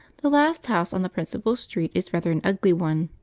the last house on the principal street is rather an ugly one,